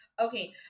okay